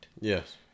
Yes